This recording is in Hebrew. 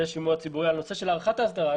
יהיה שימוע ציבורי על הארכת ההסדרה.